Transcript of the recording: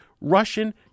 Russian